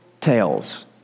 tales